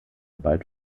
bald